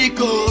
go